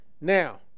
Now